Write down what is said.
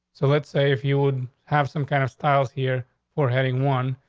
so let's say if you would have some kind of styles here for heading one,